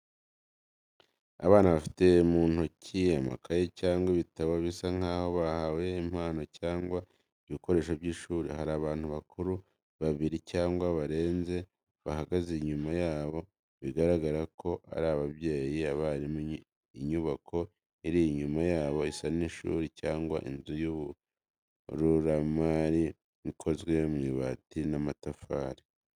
Abana bafite mu ntoki amakaye cyangwa ibitabo, bisa nkaho bahawe impano cyangwa ibikoresho by’ishuri. Hari abantu bakuru babiri cyangwa barenze bahagaze inyuma yabo, bigaragara ko ari ababyeyi, abarimu. Inyubako iri inyuma yabo isa n’ishuri cyangwa inzu y’ibaruramari, ikozwe mu biti n'amatafari.